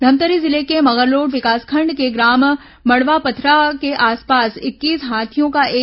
धमतरी जिले के मगरलोड विकासखंड के ग्राम मड़वापथरा के आसपास इक्कीस हाथियों का एक दल पहुंच गया है